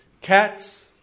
Cats